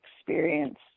experience